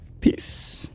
Peace